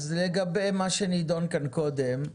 אז לגבי מה שנידון כאן קודם,